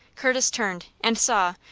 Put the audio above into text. curtis turned, and saw,